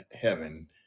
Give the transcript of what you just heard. heaven